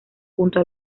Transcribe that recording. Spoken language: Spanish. junto